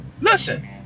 Listen